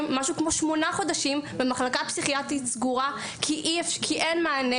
משהו כמו שמונה חודשים במחלקה פסיכיאטרית סגורה כי אין מענה